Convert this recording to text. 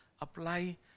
apply